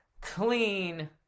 clean